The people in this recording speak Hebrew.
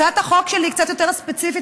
הצעת החוק שלי קצת יותר ספציפית,